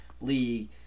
league